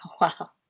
Wow